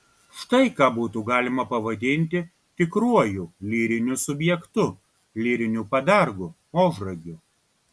štai ką būtų galima pavadinti tikruoju lyriniu subjektu lyriniu padargu ožragiu